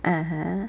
(uh huh)